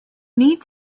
need